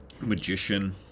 magician